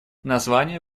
название